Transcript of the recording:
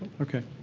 okay.